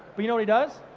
but you know he does?